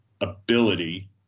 ability